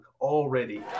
already